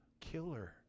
killer